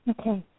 Okay